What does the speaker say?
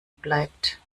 bleibt